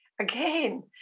again